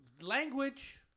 language